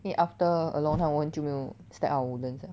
eh after a long time 我很久没有 step out of woodlands liao